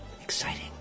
Exciting